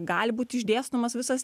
gali būti išdėstomas visas